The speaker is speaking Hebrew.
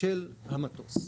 של המטוס.